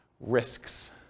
Risks